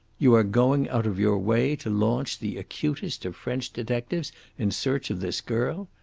you are going out of your way to launch the acutest of french detectives in search of this girl.